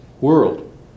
world